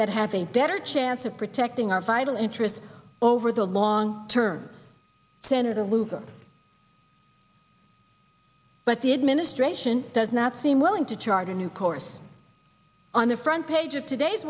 that have a better chance of protecting our vital interests over the long term senator lugar but the administration does not seem willing to chart a new course on the front page of today's